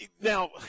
Now